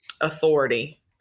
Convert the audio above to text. authority